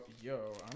Yo